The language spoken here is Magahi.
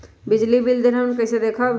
बिजली बिल देल हमन कईसे देखब?